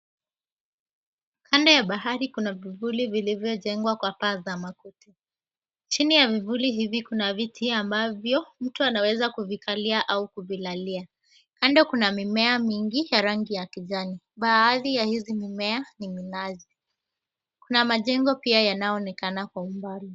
Kando ya bahari kuna vivuli vilivyojengwa kwa paa za makuti. Chini ya vivuli hivi Kuna viti ambavyo mtu anaweza kuvikalia ama kuvilalia. Kando kuna mimea mingi ya rangi ya kijani. Baadhi ya hizi mimea ni minazi. Kuna majengo pia yanayoonekana kwa umbali.